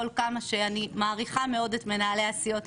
כל כמה שאני מעריכה מאוד את מנהלי הסיעות,